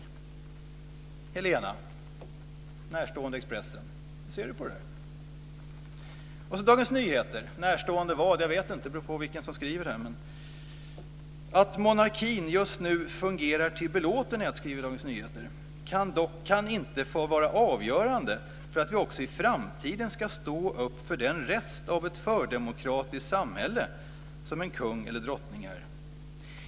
Hur ser Helena Bargholtz, närstående Expressen, på det? I Dagens Nyheter - jag vet inte vad den är närstående; det beror på vem som skriver - står: Att monarkin just nu fungerar till belåtenhet kan dock inte vara avgörande för att vi också i framtiden ska stå upp för den rest av ett fördemokratiskt samhälle som en kung eller drottning är.